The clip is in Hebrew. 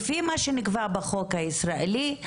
לפי מה שנקבע בחוק הישראלי,